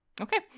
Okay